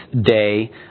day